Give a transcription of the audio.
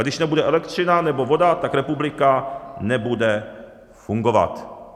Když nebude elektřina nebo voda, tak republika nebude fungovat.